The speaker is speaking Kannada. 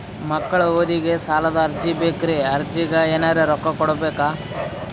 ಮಕ್ಕಳ ಓದಿಗಿ ಸಾಲದ ಅರ್ಜಿ ಬೇಕ್ರಿ ಅರ್ಜಿಗ ಎನರೆ ರೊಕ್ಕ ಕೊಡಬೇಕಾ?